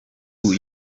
boo